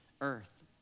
earth